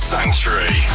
Sanctuary